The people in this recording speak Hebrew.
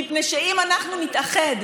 מפני שאם אנחנו נתאחד,